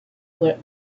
were